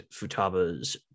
futaba's